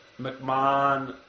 McMahon